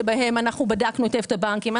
ובהם בדקנו היטב את הבנקים.